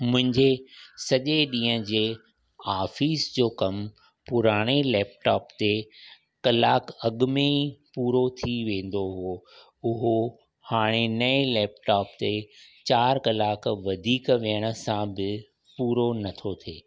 मुंहिंजे सॼे ॾींहं जे आफ़ीस जो कमु पुराणे लैपटॉप ते कलाकु अॻु में ई पूरो थी वेंदो हो उहो हाणे नएं लैपटॉप ते चारि कलाक वधीक विहण सां बि पूरो नथो थिए